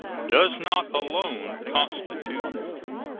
does not alone constitute war.